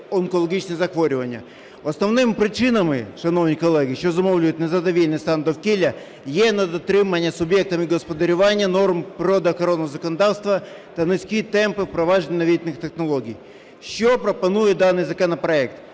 онкологічні захворювання. Основними причинами, шановні колеги, що зумовлюють незадовільний стан довкілля, є недотримання суб'єктами господарювання норм природоохоронного законодавства та низькі темпи впровадження новітніх технологій. Що пропонує даний законопроект?